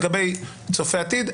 לגבי צופה פני עתיד,